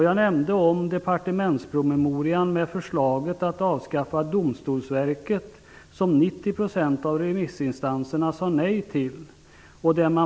Jag nämnde departementspromemorian med förslaget att avskaffa Domstolsverket, som 90 % av remissinstanserna sa nej till.